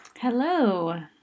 Hello